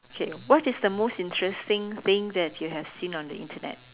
okay what is the most interesting thing that you have seen on the internet